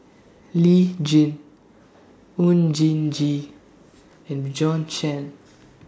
Lee Tjin Oon Jin Gee and Bjorn Shen